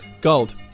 Gold